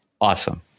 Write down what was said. awesome